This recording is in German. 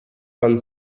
von